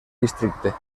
districte